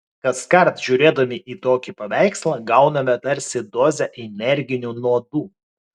kaskart žiūrėdami į tokį paveikslą gauname tarsi dozę energinių nuodų